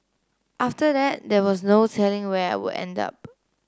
after that there was no telling where I would end up